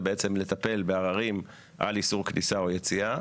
ולטפל בעררים על איסור כניסה או יציאה.